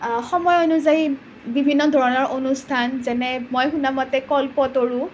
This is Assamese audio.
সময় অনুযায়ী বিভিন্ন ধৰণৰ অনুষ্ঠান যেনে মই শুনা মতে কল্পতৰু